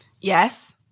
Yes